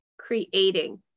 creating